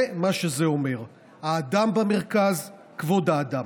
זה מה שזה אומר" האדם במרכז, כבוד האדם.